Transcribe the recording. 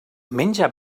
menja